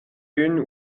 une